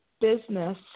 business